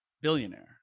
billionaire